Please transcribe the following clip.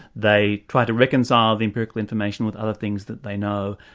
they try to reconcile the empirical information with other things that they know,